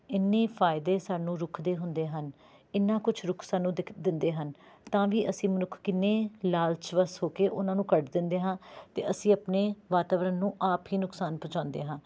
ਇੰਨੇ ਫਾਇਦੇ ਸਾਨੂੰ ਰੁੱਖ ਦੇ ਹੁੰਦੇ ਹਨ ਇੰਨਾ ਕੁਛ ਰੁੱਖ ਸਾਨੂੰ ਦਿਖ ਦਿੰਦੇ ਹਨ ਤਾਂ ਵੀ ਅਸੀਂ ਮਨੁੱਖ ਕਿੰਨੇ ਲਾਲਚਵੱਸ ਹੋ ਕੇ ਉਨ੍ਹਾਂ ਨੂੰ ਕੱਟ ਦਿੰਦੇ ਹਾਂ ਅਤੇ ਅਸੀਂ ਆਪਣੇ ਵਾਤਾਵਰਣ ਨੂੰ ਆਪ ਹੀ ਨੁਕਸਾਨ ਪਹੁੰਚਾਉਂਦੇ ਹਾਂ